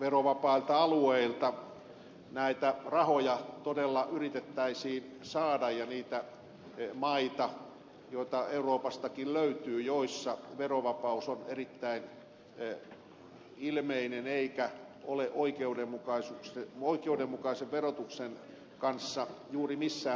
verovapailta alueilta näitä rahoja todella yritettäisiin saada ja niitä maita euroopastakin löytyy joissa verovapaus on erittäin ilmeinen eikä ole oikeudenmukaisen verotuksen kanssa juuri missään tekemisissä